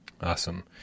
Awesome